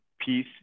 peace